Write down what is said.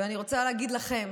ואני רוצה להגיד לכם: